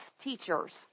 teachers